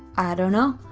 i don't know.